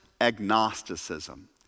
agnosticism